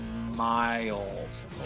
miles